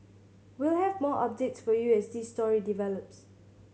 we'll have more updates for you as this story develops